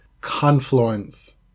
confluence